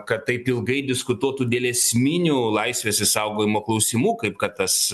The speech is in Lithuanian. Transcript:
kad taip ilgai diskutuotų dėl esminių laisvės išsaugojimo klausimų kaip kad tas